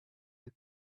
you